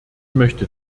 möchte